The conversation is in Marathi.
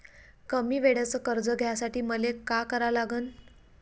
कमी वेळेचं कर्ज घ्यासाठी मले का करा लागन?